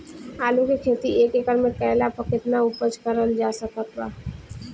आलू के खेती एक एकड़ मे कैला पर केतना उपज कराल जा सकत बा?